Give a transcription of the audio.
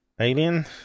Alien